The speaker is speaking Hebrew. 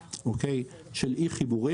של אי חיבורים.